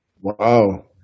Wow